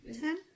Ten